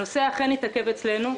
הנושא אכן התעכב אצלנו,